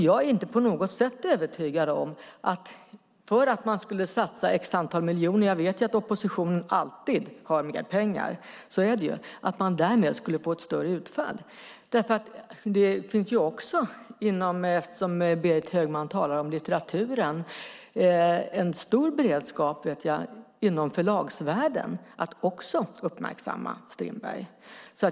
Jag är inte på något sätt övertygad om att man för att man satsade x miljoner - jag vet att oppositionen alltid har mer pengar, så är det ju - skulle få ett större utfall. Jag vet att det när det gäller litteraturen, som Berit Högman talar om, finns en stor beredskap också inom förlagsvärlden att uppmärksamma Strindberg.